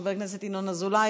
חבר הכנסת ינון אזולאי,